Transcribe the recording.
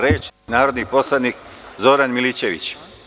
Reč ima narodni poslanik Đorđe Milićević.